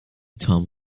tom